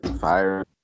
Fire